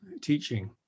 teaching